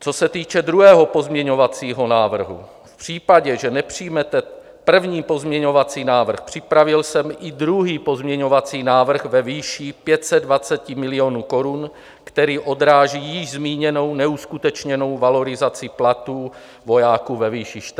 Co se týče druhého pozměňovacího návrhu, v případě, že nepřijmete první pozměňovací návrh, připravil jsem i druhý pozměňovací návrh ve výši 520 milionů korun, který odráží již zmíněnou neuskutečněnou valorizaci platů vojáků ve výši 1 400 korun.